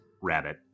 Rabbit